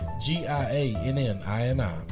G-I-A-N-N-I-N-I